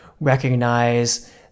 recognize